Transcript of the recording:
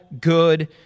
good